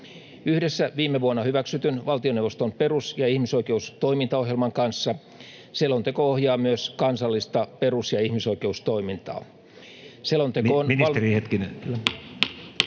Yhdessä viime vuonna hyväksytyn valtioneuvoston perus- ja ihmisoikeustoimintaohjelman kanssa selonteko ohjaa myös kansallista perus- ja ihmisoikeustoimintaa.